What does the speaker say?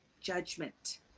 judgment